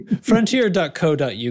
Frontier.co.uk